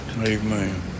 Amen